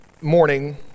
morning